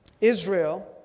Israel